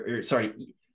sorry